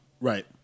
right